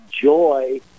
joy